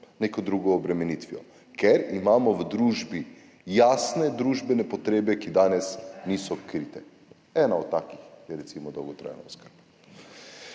neko drugo obremenitvijo. Ker imamo v družbi jasne družbene potrebe, ki danes niso krite. Ena od takih je recimo dolgotrajna oskrba.